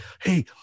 Hey